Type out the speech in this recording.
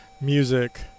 music